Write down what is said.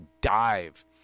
dive